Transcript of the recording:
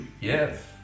Yes